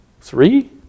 Three